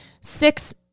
six